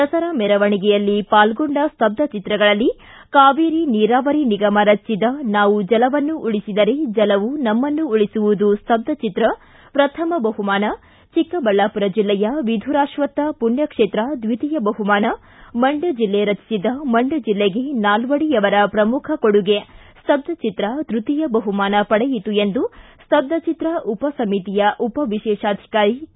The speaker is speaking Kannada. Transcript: ದಸರಾ ಮೆರವಣಿಗೆಯಲ್ಲಿ ಪಾಲ್ಗೊಂಡ ಸ್ತಬ್ಬ ಚಿತ್ರಗಳಲ್ಲಿ ಕಾವೇರಿ ನಿರಾವರಿ ನಿಗಮ ರಚಿಸಿದ ನಾವು ಜಲವನ್ನು ಉಳಿಸಿದರೆ ಜಲವು ನಮ್ಮನ್ನು ಉಳಿಸುವುದುೆ ಸ್ತಬ್ಧ ಚಿತ್ರ ಪ್ರಥಮ ಬಹುಮಾನ ಚಿಕ್ಕಬಳ್ಳಾಪುರ ಜಿಲ್ಲೆಯ ವಿಧುರಾಶ್ವಥ ಪುಣ್ಣ ಕ್ಷೇತ್ರ ದ್ವಿತೀಯ ಬಹುಮಾನ ಮಂಡ್ಯ ಜಿಲ್ಲೆ ರಚಿಸಿದ ಮಂಡ್ಯ ಜಿಲ್ಲೆಗೆ ನಾಲ್ವಡಿಯವರ ಪ್ರಮುಖ ಕೊಡುಗೆ ಸ್ತಬ್ನ ಚಿತ್ರ ತೃತೀಯ ಬಹುಮಾನ ಪಡೆಯಿತು ಎಂದು ಸ್ತಬ್ಬಚತ್ರ ಉಪಸಮಿತಿಯ ಉಪ ವಿಶೇಷಾಧಿಕಾರಿ ಕೆ